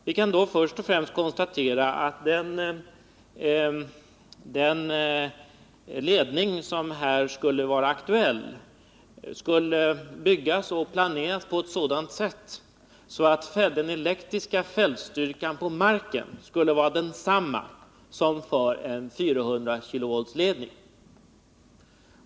Vi kan först och främst konstatera att den ledning som här skulle vara aktuell skulle byggas och planeras på ett sådant sätt att den elektriska fältstyrkan vid marken skulle vara densamma som för en 400-kV-ledning.